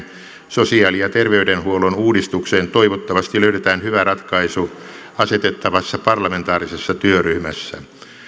sosiaali ja terveydenhuollon uudistukseen toivottavasti löydetään hyvä ratkaisu asetettavassa parlamentaarisessa työryhmässä